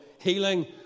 healing